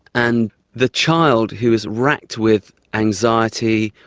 and the child who is racked with anxiety,